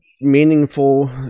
meaningful